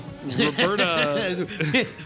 Roberta